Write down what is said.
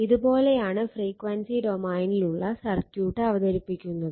ഇത് പോലെയാണ് ഫ്രീക്വൻസി ഡൊമൈനിലുള്ള സർക്യൂട്ട് അവതരിപ്പിക്കുന്നത്